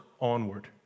onward